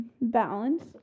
balance